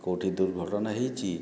କେଉଁଠି ଦୁର୍ଘଟଣା ହେଇଛି